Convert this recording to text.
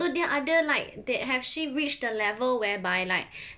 so dia ada like that has she reached the level whereby like